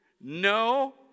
No